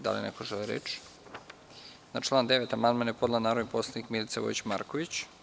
Da li neko želi reč? (Ne) Na član 9. amandman je podnela narodni poslanik Milica Vojić Marković.